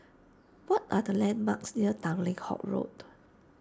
what are the landmarks near Tanglin Halt Road